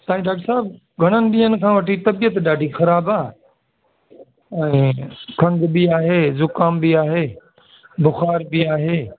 साईं डाक्टर साहिबु घणनि ॾींहंनि खां वठी तबियत ॾाढी ख़राबु आहे ऐं खंघि बि आहे जुख़ाम बि आहे बुख़ार बि आहे